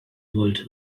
wollt